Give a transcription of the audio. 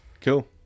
Cool